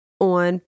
on